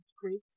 great